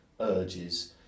urges